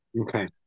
Okay